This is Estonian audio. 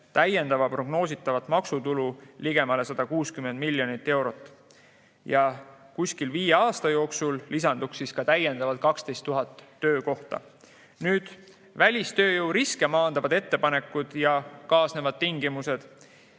täiendavat prognoositavat maksutulu ligemale 160 miljonit eurot. Kuskil viie aasta jooksul [peaks] lisanduma ka 12 000 töökohta. Nüüd, välistööjõu riske maandavad ettepanekud ja kaasnevad tingimused.